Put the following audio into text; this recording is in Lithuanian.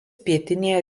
pietinėje